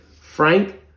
Frank